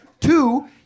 Two